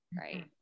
right